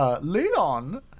Leon